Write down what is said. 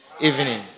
evening